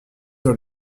dans